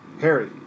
Harry